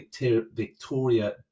Victoria